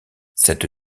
cette